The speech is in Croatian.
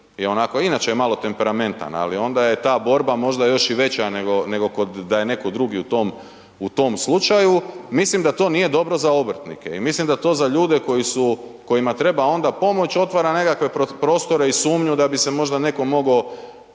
je onako, inače je malo temperamentan ali onda je ta borba možda još i veće nego da je netko drugi u tom slučaju. Mislim da to nije dobro za obrtnike i mislim da to za ljude kojima treba onda pomoć, otvara nekakve prostore i sumnju da bi se možda netko mogao